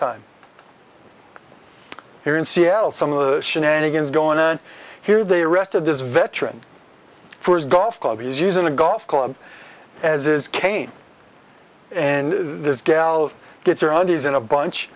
time here in seattle some of the shenanigans going on here they arrested this veteran for his golf club he's using a golf club as is cain and this gal gets around is in a bunch